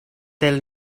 del